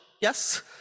yes